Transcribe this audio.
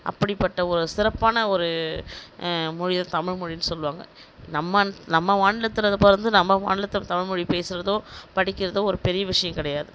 அப்படிப்பட்ட ஒரு சிறப்பான ஒரு மொழிதான் தமிழ் மொழின்னு சொல்லுவாங்க நம்ம நம்ம மாநிலத்தில் பிறந்து நம்ப மாநிலத்தில் தமிழ்மொழி பேசுகிறதோ படிக்கிறதோ ஒரு பெரிய விஷயோம் கிடையாது